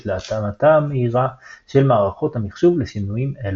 להתאמתה מהירה של מערכות המחשוב לשינויים אלה.